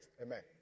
Amen